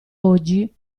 oggi